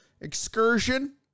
excursion